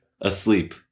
Asleep